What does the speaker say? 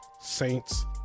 Saints